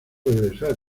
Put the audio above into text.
regresar